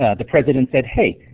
the president said, hey,